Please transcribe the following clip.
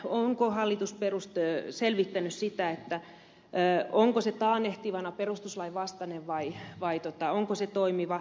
onko hallitus selvittänyt onko se taannehtivana perustuslain vastainen vai onko se toimiva